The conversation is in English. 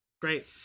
Great